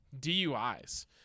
DUIs